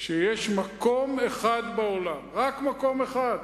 שיש מקום אחד בעולם, רק מקום אחד,